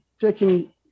taking